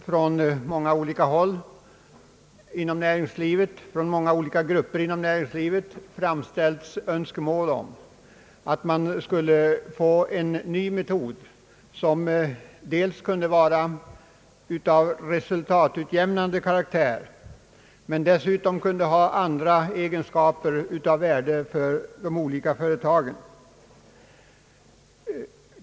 Från olika grupper inom näringslivet har önskemål framställts om en ny metod som dels kunde verka resultatutjämnande, dels kunde ha andra egenskaper av värde för de olika företagen.